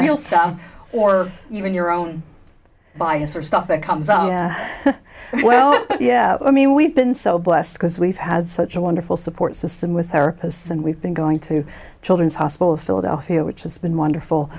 real stuff or even your own bias or stuff that comes out well yeah i mean we've been so blessed because we've had such a wonderful support system with therapists and we've been going to children's hospital of philadelphia which has been wonderful